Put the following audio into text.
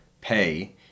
pay